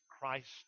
Christ